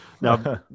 Now